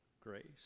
grace